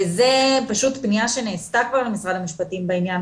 זו פניה שנעשתה למשרד המשפטים בעניין